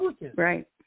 Right